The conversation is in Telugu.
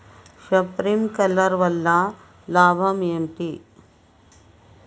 శప్రింక్లర్ వల్ల లాభం ఏంటి?